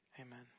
Amen